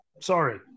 sorry